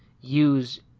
use